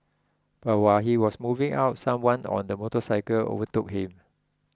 but while he was moving out someone on a motorcycle overtook him